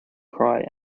cry